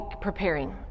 preparing